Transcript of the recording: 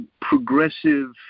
progressive